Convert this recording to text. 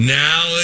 now